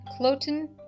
Clotin